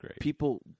people